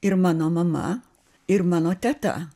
ir mano mama ir mano teta